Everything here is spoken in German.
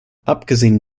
abgesehen